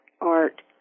art